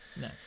No